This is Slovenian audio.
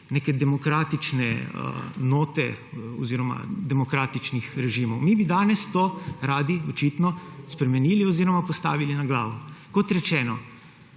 neke demokratične note oziroma demokratičnih režimov. Mi bi danes to radi očitno spremenili oziroma postavili na glavo. Kot rečeno,